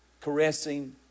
caressing